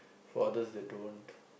for others they don't